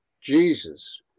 Jesus